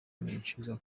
nicuza